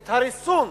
את הריסון,